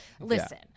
listen